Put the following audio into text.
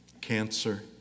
cancer